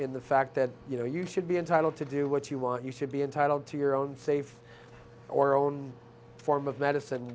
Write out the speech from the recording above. in the fact that you know you should be entitled to do what you want you should be entitled to your own safe or own form of medicine